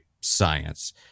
science